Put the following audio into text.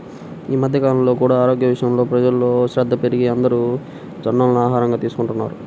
ఈ మధ్య కాలంలో కూడా ఆరోగ్యం విషయంలో ప్రజల్లో శ్రద్ధ పెరిగి అందరూ జొన్నలను ఆహారంగా తీసుకుంటున్నారు